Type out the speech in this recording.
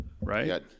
Right